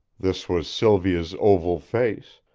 this was sylvia's oval face,